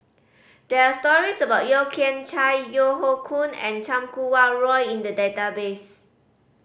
there are stories about Yeo Kian Chai Yeo Hoe Koon and Chan Kum Wah Roy in the database